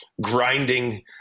grinding